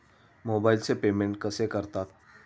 मोबाइलचे पेमेंट कसे करतात?